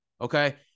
Okay